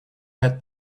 had